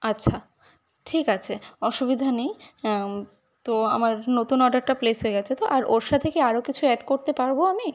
আচ্ছা ঠিক আছে অসুবিধা নেই তো আমার নতুন অর্ডারটা প্লেস হয়ে গেছে তো আর ওর সাথে কি আরও কিছু অ্যাড করতে পারবো আমি